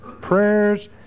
prayers